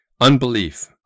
Unbelief